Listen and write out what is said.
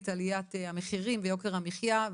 עליית המחירים ויוקר המחיה.